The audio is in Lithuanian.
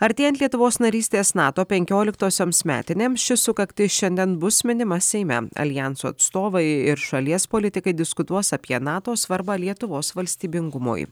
artėjant lietuvos narystės nato penkioliktosioms metinėms ši sukaktis šiandien bus minima seime aljanso atstovai ir šalies politikai diskutuos apie nato svarbą lietuvos valstybingumui